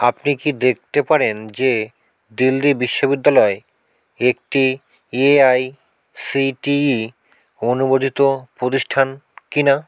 আপনি কি দেখতে পারেন যে দিল্লি বিশ্ববিদ্যালয় একটি এআইসিটিই অনুমোদিত প্রতিষ্ঠান কিনা